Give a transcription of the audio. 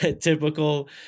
typical